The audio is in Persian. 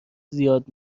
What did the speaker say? زیاد